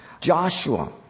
Joshua